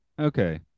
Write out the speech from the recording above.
okay